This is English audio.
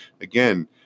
again